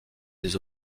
des